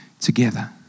together